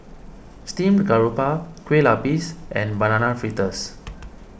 Steamed Garoupa Kueh Lupis and Banana Fritters